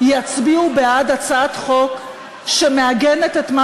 יצביעו בעד הצעת חוק שמעגנת את מה